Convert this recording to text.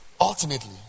Ultimately